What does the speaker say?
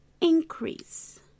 increase